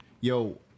Yo